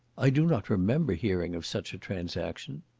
i do not remember hearing of such a transaction.